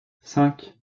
cinq